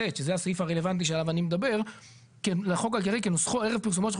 אז אני רוצה להבהיר ולהגיד את הדברים בצורה הכי מפורשת שיכולה